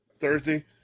Thursday